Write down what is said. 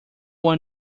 one